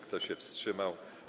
Kto się wstrzymał?